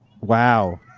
Wow